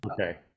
Okay